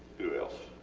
who else?